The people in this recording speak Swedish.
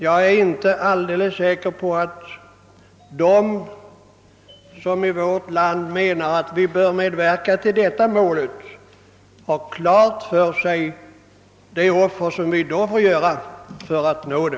Jag är inte alldeles säker på att de i vårt land som menar att vi bör medverka till att nå detta mål har klart för sig vilka offer vi i så fall måste göra.